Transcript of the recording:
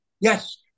Yes